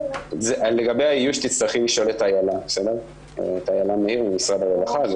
לגבי האיוש תצטרכו לשאול את אילה מאיר ממשרד הרווחה.